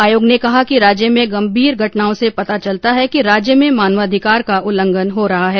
आयोग ने कहा है कि राज्य में गंभीर घटनाओं से पता चलता है कि राज्य में मानवाधिकार का उल्लंघन हो रहा है